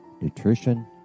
nutrition